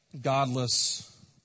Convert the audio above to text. Godless